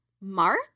Mark